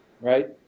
right